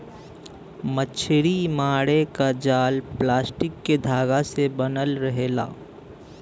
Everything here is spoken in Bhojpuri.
मछरी मारे क जाल प्लास्टिक के धागा से बनल रहेला